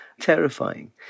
terrifying